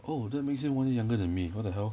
oh that makes him one year younger than me what the hell